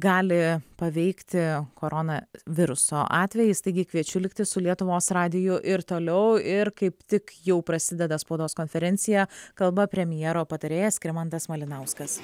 gali paveikti koronaviruso atvejis taigi kviečiu likti su lietuvos radiju ir toliau ir kaip tik jau prasideda spaudos konferencija kalba premjero patarėjas skirmantas malinauskas